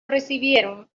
recibieron